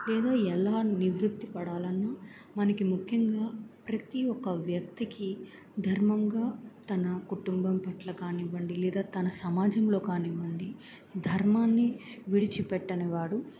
లేదా ఎలా నివృత్తి పడాలన్నా మనకి ముఖ్యంగా ప్రతి ఒక్క వ్యక్తికి ధర్మంగా తన కుటుంబం పట్ల కానివ్వండి లేదా తన సమాజంలో కానివ్వండి ధర్మాన్ని విడిచి పెట్టనివాడు